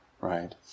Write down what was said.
right